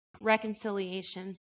reconciliation